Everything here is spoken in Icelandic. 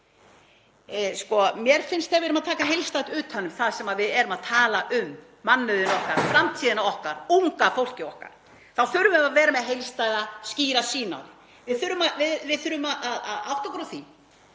Mér finnst þegar við erum að taka heildstætt utan um það sem við erum að tala um, mannauðinn okkar, framtíðina okkar, unga fólkið okkar, þá þurfum við að vera með heildstæða og skýra sýn á það. Við þurfum að átta okkur á því